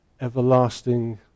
everlasting